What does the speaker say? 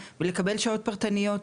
לקבל שעות פרטניות,